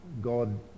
God